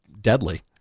deadly